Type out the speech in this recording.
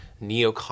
neo